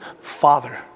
Father